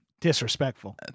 Disrespectful